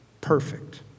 Perfect